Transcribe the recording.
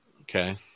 Okay